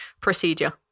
procedure